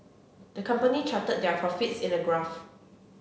the company charted their profits in a graph